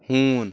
ہوٗن